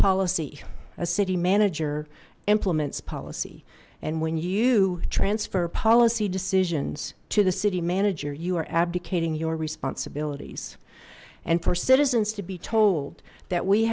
policy a city manager implements policy and when you transfer policy decisions to the city manager you are abdicating your responsibilities and for citizens to be told that we